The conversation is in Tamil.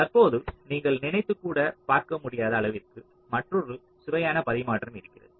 தற்போது நீங்கள் நினைத்துக் கூட பார்க்க முடியாத அளவிற்கு மற்றொரு சுவையான பரிமாற்றம் இருக்கிறது